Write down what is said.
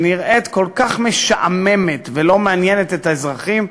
שנראית כל כך משעממת ולא מעניינת את האזרחים,